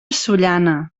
sollana